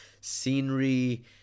scenery